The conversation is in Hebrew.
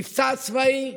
מבצע צבאי,